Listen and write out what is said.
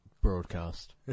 broadcast